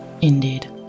Indeed